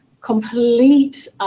complete